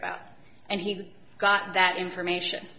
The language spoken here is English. about and he got that information